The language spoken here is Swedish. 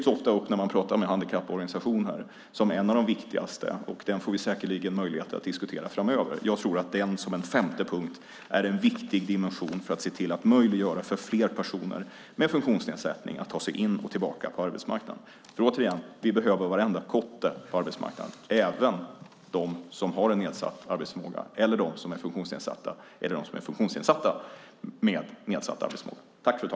När man pratar med handikapporganisationerna lyfts den ofta fram som en av de viktigaste. Den får vi säkerligen möjlighet att diskutera framöver. Jag tror att den som en femte punkt är en viktig dimension för att se till att möjliggöra för fler personer med funktionsnedsättning att ta sig in och tillbaka på arbetsmarknaden. Vi behöver varenda kotte på arbetsmarknaden, även dem som har en nedsatt arbetsförmåga och dem som är funktionsnedsatta med nedsatt arbetsförmåga.